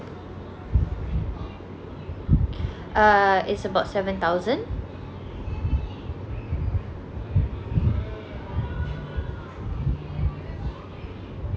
uh it's about seven thousand